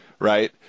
Right